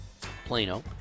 Plano